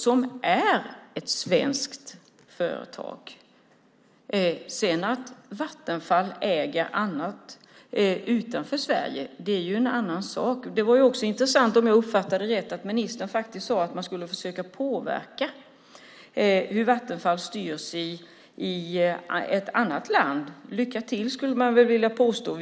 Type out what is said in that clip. Det är ett svenskt företag. Att Vattenfall sedan äger annat utanför Sverige är en annan sak. Det var också intressant, om jag uppfattade det rätt, att ministern sade att man skulle försöka påverka hur Vattenfall styrs i ett annat land. Lycka till, skulle man vilja säga!